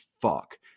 fuck